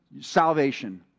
salvation